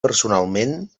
personalment